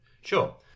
Sure